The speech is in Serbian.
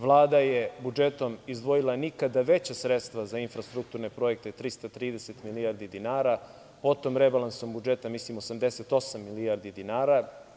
Vlada je budžetom izdvojila nikada veća sredstva za infrastrukturne projekte, 330 milijardi dinara, potom rebalansom budžeta 88 milijardi dinara.